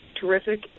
terrific